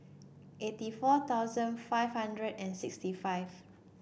eighty four thousand five hundred and sixty five